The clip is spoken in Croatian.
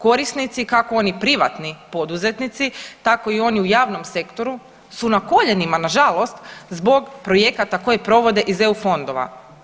Korisnici kako oni privatni poduzetnici tako i oni u javnom sektoru su na koljenima nažalost zbog projekata koje provode iz EU fondova.